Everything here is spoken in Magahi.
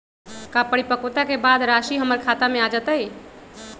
का परिपक्वता के बाद राशि हमर खाता में आ जतई?